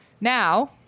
Now